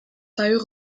sérieux